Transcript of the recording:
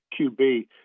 QB